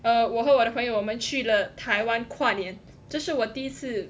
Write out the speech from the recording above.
err 我和我的朋友我们去了台湾跨年这是我第一次